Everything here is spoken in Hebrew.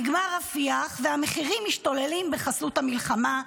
נגמר רפיח, והמחירים משתוללים בחסות המלחמה,